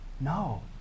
No